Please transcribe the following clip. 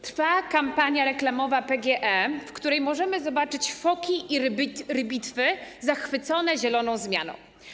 Trwa kampania reklamowa PGE, w której możemy zobaczyć foki i rybitwy zachwycone zieloną zmianą.